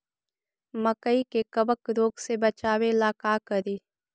मकई के कबक रोग से बचाबे ला का करि?